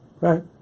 Right